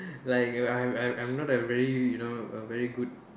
like uh I'm I'm I'm not a very you know a very good